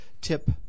tip